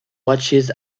watches